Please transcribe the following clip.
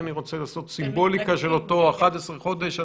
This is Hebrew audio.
אינני רוצה לעשות סימבוליקה של אותם 11 חודש.